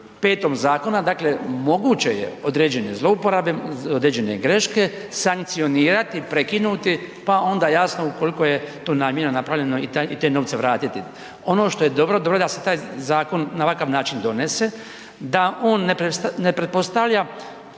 5. zakona, dakle moguće je određene zlouporabe, određene greške sankcionirati, prekinuti pa onda jasno ukoliko je to namjerno napravljeno i te novce vratiti. Ono što je dobro, dobro je da se taj zakon na ovakav način donese. Da on ne predstavlja,